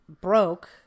broke